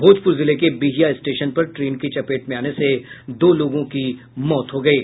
भोजपुर जिले के बिहियां स्टेशन पर ट्रेन की चपेट में आने से दो लोगों की मौत हो गयी है